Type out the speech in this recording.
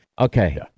okay